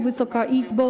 Wysoka Izbo!